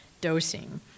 dosing